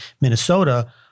Minnesota